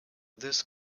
this